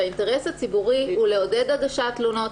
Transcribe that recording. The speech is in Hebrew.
והאינטרס הציבורי הוא לעודד הגשת תלונות,